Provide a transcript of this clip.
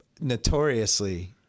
notoriously